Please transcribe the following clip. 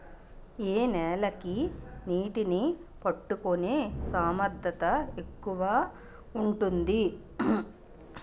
ఏ నేల కి నీటినీ పట్టుకునే సామర్థ్యం ఎక్కువ ఉంటుంది?